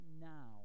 now